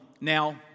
Now